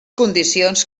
condicions